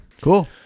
Cool